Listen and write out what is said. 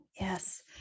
Yes